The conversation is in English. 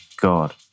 God